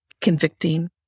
Convicting